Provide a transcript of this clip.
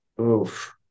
Oof